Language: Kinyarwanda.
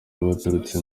baturutse